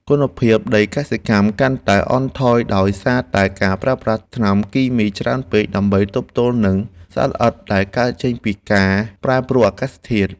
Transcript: គុណភាពដីកសិកម្មកាន់តែអន់ថយដោយសារតែការប្រើប្រាស់ថ្នាំគីមីច្រើនពេកដើម្បីទប់ទល់នឹងសត្វល្អិតដែលកើតចេញពីការ ប្រែប្រួលអាកាសធាតុ។